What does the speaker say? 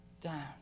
down